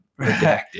redacted